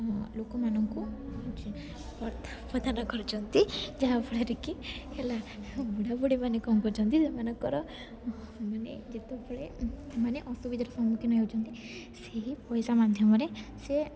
ଲୋକମାନଙ୍କୁ ଅର୍ଥ ପ୍ରଦାନ କରୁଛନ୍ତି ଯାହାଫଳରେ କି ହେଲା ବୁଢ଼ା ବୁଢ଼ୀମାନେ କ'ଣ କରୁଛନ୍ତି ସେମାନଙ୍କର ମାନେ ଯେତେବେଳେ ମାନେ ଅସୁବିଧାର ସମ୍ମୁଖୀନ ହେଉଛନ୍ତି ସେହି ପଇସା ମାଧ୍ୟମରେ ସିଏ